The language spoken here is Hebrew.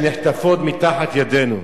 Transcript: שנחטפות מתחת ידינו.